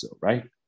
right